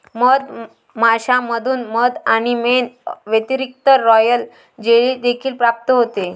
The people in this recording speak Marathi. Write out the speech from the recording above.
मधमाश्यांमधून मध आणि मेण व्यतिरिक्त, रॉयल जेली देखील प्राप्त होते